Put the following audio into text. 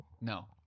No